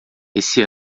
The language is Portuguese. esse